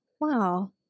Wow